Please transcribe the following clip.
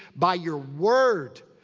by your word.